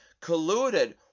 colluded